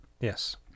Yes